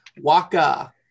waka